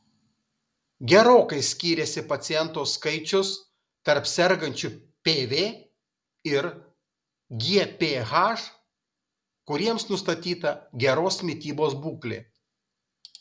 gerokai skyrėsi pacientų skaičius tarp sergančių pv ir gph kuriems nustatyta geros mitybos būklė